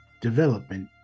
development